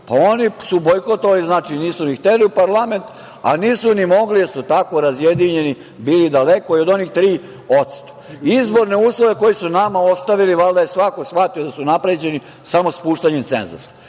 a oni su bojkotovali i nisu ni hteli u parlament, a nisu ni mogli jer su tako razjedinjeni bili daleko i od onih 3%.Izborne uslove koje su nama ostavili, valjda je svako shvatio da su unapređeni samo spuštanjem cenzusa. Ne